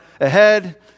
ahead